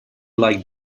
like